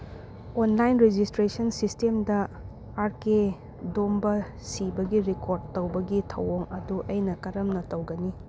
online registration ꯁꯤꯁꯇꯦꯝꯗ ꯑꯥꯔ ꯀꯦ ꯗꯣꯝꯕ ꯁꯤꯕꯒꯤ ꯔꯤꯄꯣꯔꯠ ꯇꯧꯕꯒꯤ ꯊꯧꯑꯣꯡ ꯑꯗꯨ ꯑꯩꯅ ꯀꯔꯝ ꯇꯧꯒꯅꯤ